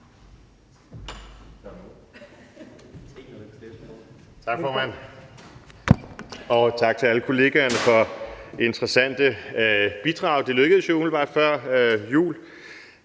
Tak, formand, og tak til alle kollegaerne for interessante bidrag. Det lykkedes jo umiddelbart før jul